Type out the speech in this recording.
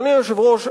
אדוני היושב-ראש,